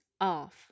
off